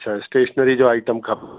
अच्छा स्टेशनरी जो आइटम खप